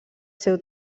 seu